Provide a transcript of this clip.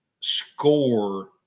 score